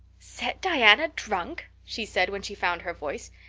set diana drunk! she said when she found her voice.